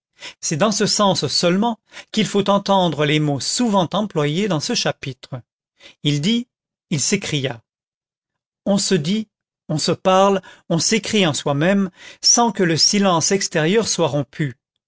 c'est dans ce sens seulement qu'il faut entendre les mots souvent employés dans ce chapitre il dit il s'écria on se dit on se parle on s'écrie en soi-même sans que le silence extérieur soit rompu